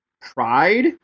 pride